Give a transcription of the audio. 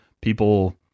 people